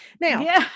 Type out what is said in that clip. Now